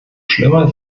schlimmer